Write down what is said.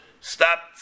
stop